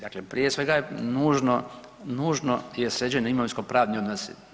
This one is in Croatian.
Dakle, prije svega je nužno je sređeno imovinskopravni odnosi.